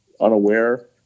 unaware